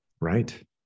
Right